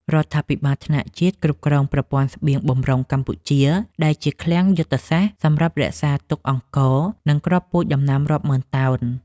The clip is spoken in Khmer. រដ្ឋាភិបាលថ្នាក់ជាតិគ្រប់គ្រង ប្រព័ន្ធស្បៀងបម្រុងកម្ពុជា ដែលជាឃ្លាំងយុទ្ធសាស្ត្រសម្រាប់រក្សាទុកអង្ករ និងគ្រាប់ពូជដំណាំរាប់ម៉ឺនតោន។